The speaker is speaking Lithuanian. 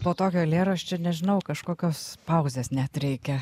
po tokio eilėraščio nežinau kažkokios pauzės net reikia